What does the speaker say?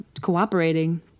cooperating